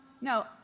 no